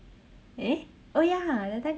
eh oh ya that time